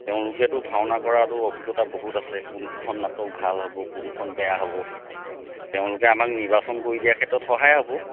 তেওঁলোকেতো ভাওনা কৰাতো অভিজ্ঞতা বহুত আছে কোনখন নাটক ভাল হ'ব কোনখন বেয়া হ'ব তেওঁলোকে আমাক নিৰ্বাচন কৰি দিয়াৰ ক্ষেত্ৰত সহায় হ'ব